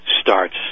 starts